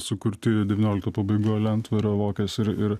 sukurti devyniolikto pabaigoj lentvario vokės ir ir